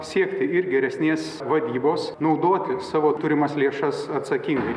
siekti ir geresnės vadybos naudoti savo turimas lėšas atsakingai